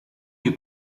you